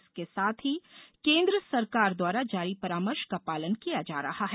इसके साथ ही केन्द्र सरकार द्वारा जारी परामर्श का पालन किया जा रहा है